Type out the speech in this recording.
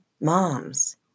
moms